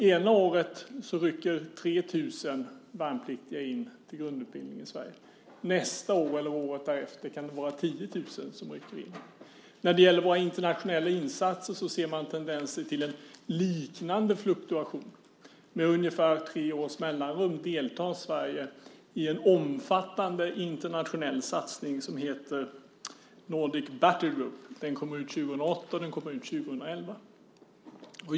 Ena året rycker 3 000 värnpliktiga in till grundutbildning i Sverige. Nästa år eller året därefter kan det vara 10 000 som rycker in. När det gäller våra internationella insatser ser man tendenser till en liknande fluktuation. Med ungefär tre års mellanrum deltar Sverige i en omfattande internationell satsning som heter Nordic Battle Group. Den kommer ut 2008 och den kommer ut 2011.